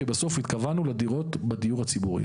כי בסוף התכוונו לדירות בדיור הציבורי.